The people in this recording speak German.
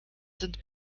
sind